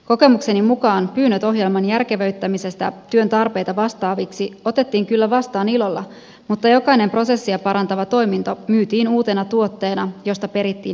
kokemukseni mukaan pyynnöt ohjelman järkevöittämisestä työn tarpeita vastaaviksi otettiin kyllä vastaan ilolla mutta jokainen prosessia parantava toiminto myytiin uutena tuotteena josta perittiin erillinen maksu